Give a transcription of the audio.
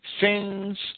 sins